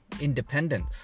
independence